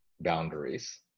boundaries